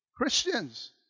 Christians